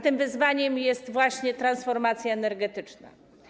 Tym wyzwaniem jest właśnie transformacja energetyczna.